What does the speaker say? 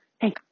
Hey